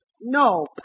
No